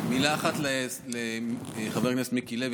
מילה אחת לחבר הכנסת מיקי לוי.